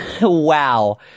Wow